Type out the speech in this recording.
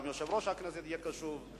גם יושב-ראש הכנסת יהיה קשוב,